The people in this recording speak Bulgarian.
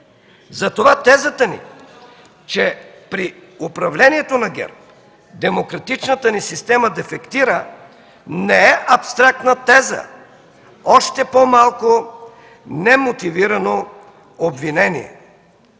Затова тезата ни, че при управлението на ГЕРБ демократичната ни система дефектира, не е абстрактна теза, още по-малко немотивирано обвинение.